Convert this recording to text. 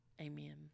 Amen